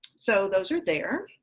so those are there.